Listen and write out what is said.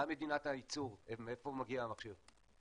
מה מדינת הייצור, מאיפה מגיע המכשיר?